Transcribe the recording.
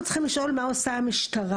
אנחנו צריכים לשאול מה עושה המשטרה.